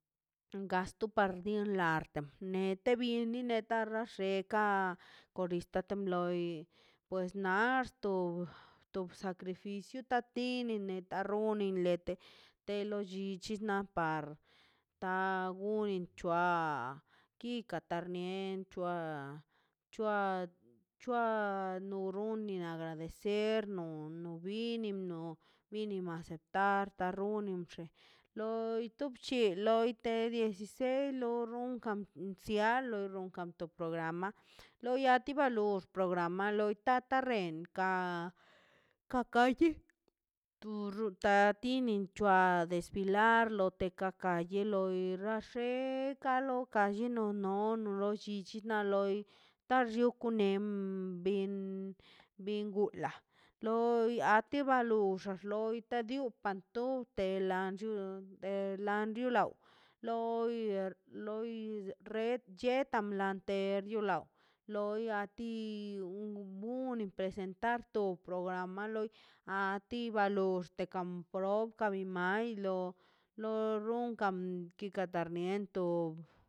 Gasto par din larte nie nite bin nieta rarasheka korista tembloi pues naxto tob sacrificio ta tini neda taroni lete te lo llichis nab par ta gunin c̱hua kika tarnin nen c̱hua c̱hua c̱hua na rundi agradecer no no bi no miniba aceptar runin she loi to bche loite dieciseis lo runkan sia lo runkan to programa lo ya ti ba lox programa loi kata renkan kakaye turta tini chua desfilar lote kaka loi dixaxe ka lokan llino la non rollichit taxwek tonem bin bingula loi a ti ba lux ax loi ta diw to panto te lan chu de pen lan chu lei loi re loi chetamblante yo law loi a ti unbuni presentar to programa loi a ti ba loxtə kam pro ka bin mai lo lo runkan kikartamiento